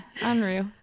Unreal